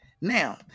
Now